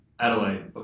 Adelaide